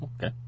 Okay